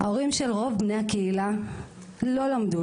ההורים של רוב בני הקהילה לא למדו,